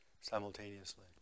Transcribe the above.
simultaneously